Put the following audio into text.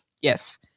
Yes